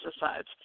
pesticides